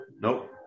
Nope